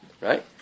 right